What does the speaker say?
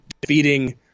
defeating